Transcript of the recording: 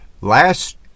last